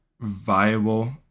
viable